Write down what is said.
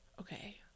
Okay